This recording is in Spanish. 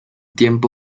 tiempo